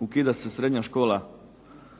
ukida se srednja škola u